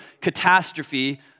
catastrophe